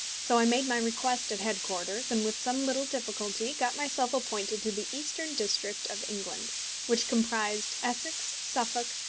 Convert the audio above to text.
so i made my request at headquarters, and with some little difficulty got myself appointed to the eastern district of england which comprised essex, suffolk,